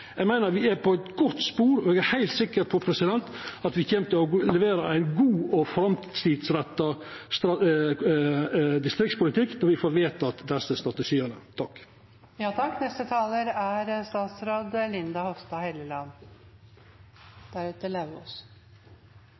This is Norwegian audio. Eg meiner me er på eit godt spor, og eg er heilt sikker på at me kjem til å levera ein god og framtidsretta distriktspolitikk når me får vedteke desse strategiane.